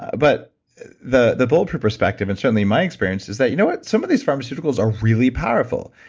but the the bulletproof perspective, and certainly my experience is that, you know what, some of these pharmaceuticals are really powerful.